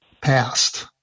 passed